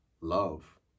love